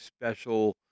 special